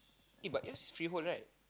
eh but as freehold right